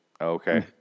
Okay